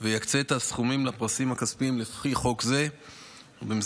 ויקצה את הסכומים לפרסים הכספיים לפי חוק זה במסגרת